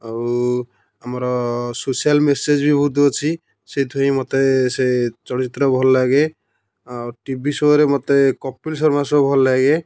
ଆଉ ଆମର social message ବି ବହୁତ ଅଛି ସେଇଥିପାଇଁ ମୋତେ ସେ ଚଳଚିତ୍ର ଭଲଲାଗେ ଆଉ ଟିଭି ଶୋରେ ମୋତେ କପିଲ୍ ଶର୍ମା ଶୋ ଭଲଲାଗେ